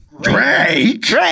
Drake